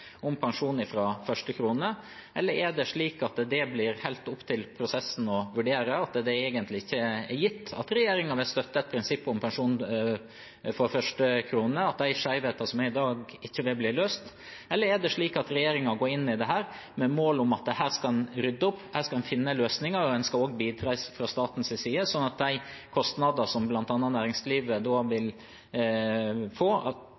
om pensjon fra første krone, eller er det slik at det blir helt opp til prosessen å vurdere, at det egentlig ikke er gitt at regjeringen vil støtte et prinsipp om pensjon fra første krone, og at de skjevheter som er der i dag, ikke vil bli løst? Eller er det slik at regjeringen går inn i dette med mål om at her skal man rydde opp, her skal man finne løsninger, og en skal også bidra fra statens side, slik at de kostnadene som bl.a. næringslivet vil få,